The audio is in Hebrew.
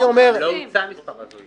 גם לא הוצע מספר הזוי.